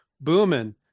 booming